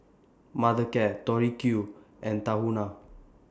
Mothercare Tori Q and Tahuna